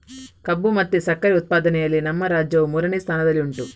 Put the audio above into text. ಕಬ್ಬು ಮತ್ತೆ ಸಕ್ಕರೆ ಉತ್ಪಾದನೆಯಲ್ಲಿ ನಮ್ಮ ರಾಜ್ಯವು ಮೂರನೇ ಸ್ಥಾನದಲ್ಲಿ ಉಂಟು